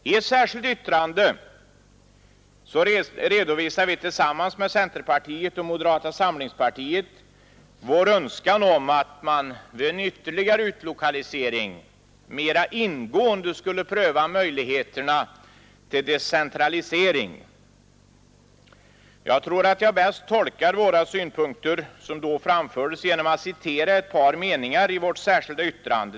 I ett särskilt yttrande redovisade vi tillsammans med centerpartiet och moderata samlingspartiet vår önskan om att man vid en ytterligare utlokalisering mera ingående skulle pröva möjligheterna till decentralisering. Jag tror att jag bäst återger de synpunkter som vi då framförde genom att citera ett par meningar i detta särskilda yttrande.